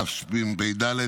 התשפ"ד,